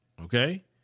Okay